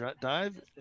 dive